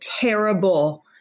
terrible